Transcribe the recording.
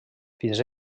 fins